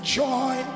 joy